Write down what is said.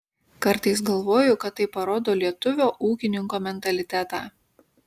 kartais galvoju kad tai parodo lietuvio ūkininko mentalitetą